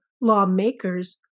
lawmakers